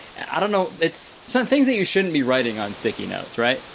i don't know. it's, some things that you shouldn't be writing on sticky notes, right?